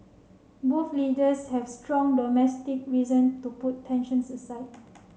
both leaders have strong domestic reason to put tensions aside